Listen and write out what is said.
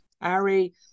Ari